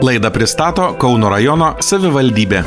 laidą pristato kauno rajono savivaldybė